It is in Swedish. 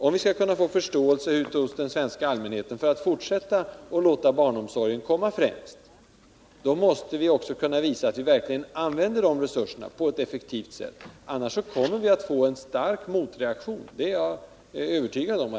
Om vi skall få förståelse hos allmänheten för att fortsätta att låta barnomsorgen komma främst, måste vi också kunna visa att vi verkligen använder resurserna på ett effektivt sätt. Annars kommer vi att få en stark motreaktion, det är jag övertygad om.